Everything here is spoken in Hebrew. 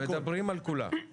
מדברים על כולם.